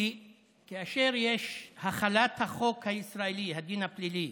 כי כאשר יש החלת החוק הישראלי, הדין הפלילי,